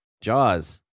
Jaws